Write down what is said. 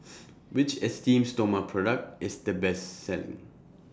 Which Esteem Stoma Product IS The Best Selling